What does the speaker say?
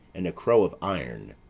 and a crow of iron.